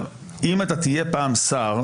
אם תהיה פעם שר,